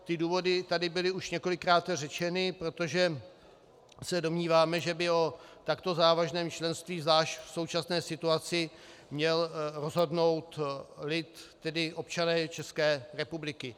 Ty důvody tady byly už několikráte řečeny protože se domníváme, že by o takto závažném členství, zvlášť v současné situaci, měl rozhodnout lid, tedy občané České republiky.